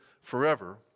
forever